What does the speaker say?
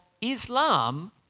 Islam